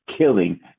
killing